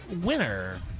winner